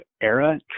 Era